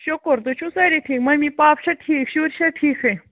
شُکُر تُہۍ چھِو سٲری ٹھیٖک ممی پاپہٕ چھا ٹھیٖک شُرۍ چھا ٹھیٖکٕے